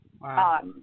Wow